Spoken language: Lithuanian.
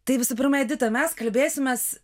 tai visų pirma edita mes kalbėsimės